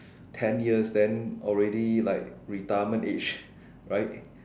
ten years then already like retirement age right